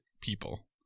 people